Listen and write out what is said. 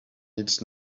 needs